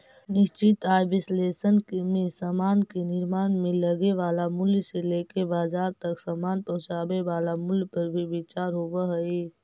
निश्चित आय विश्लेषण में समान के निर्माण में लगे वाला मूल्य से लेके बाजार तक समान पहुंचावे वाला मूल्य पर भी विचार होवऽ हई